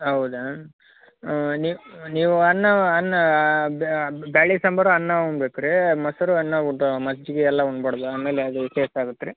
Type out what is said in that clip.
ಹೌದಾ ನೀವು ನೀವು ಅನ್ನ ಅನ್ನ ಬ್ಯಾಳೆ ಸಾಂಬಾರು ಅನ್ನ ಉಣ್ಣಬೇಕ್ರಿ ಮೊಸ್ರು ಅನ್ನ ಊಟ ಮಜ್ಜಿಗೆ ಎಲ್ಲ ಉಣ್ಬಾರ್ದು ಆಮೇಲೆ ಅದು ವ್ಯತ್ಯಾಸ ಆಗುತ್ತೆ ರೀ